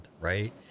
right